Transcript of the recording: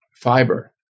fiber